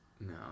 No